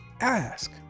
ask